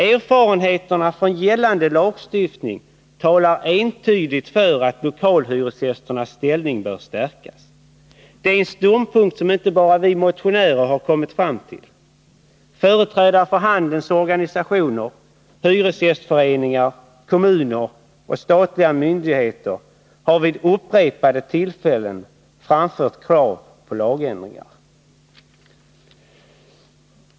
Erfarenheterna från gällande lagstiftning talar entydigt för att lokalhyresgästernas ställning bör stärkas. Det är en ståndpunkt som inte bara vi motionärer har kommit fram till. Företrädare för handelns organisationer, hyresgästföreningar, kommuner och statliga myndigheter har vid upprepade tillfällen framfört krav på lagändringar.